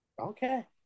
okay